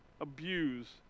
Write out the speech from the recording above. abuse